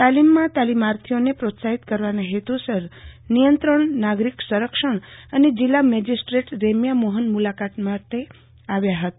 તાલીમમાં તાલીમાર્થીઓને પ્રોત્સાહિત કરવાના હેતુસર નિયંત્રણ નાગરિક સંરક્ષણ અને જિલ્લા મેજિસ્ટ્રેટ રેમ્યા મોહન મુલાકાત માટે આવ્યા હતા